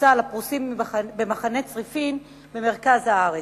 צה"ל הפרוסים במחנה צריפין במרכז הארץ.